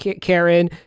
Karen